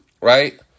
right